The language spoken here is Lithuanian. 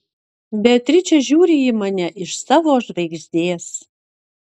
beatričė žiūri į mane iš savo žvaigždės